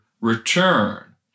return